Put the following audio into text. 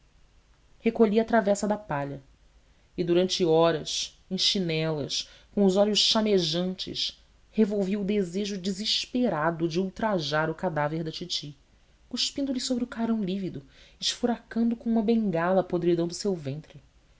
à travessa da palha e durante horas em chinelas com os olhos chamejantes revolvi o desejo desesperado de ultrajar o cadáver da titi cuspindo lhe sobre o carão lívido esfuracando com uma bengala a podridão do seu ventre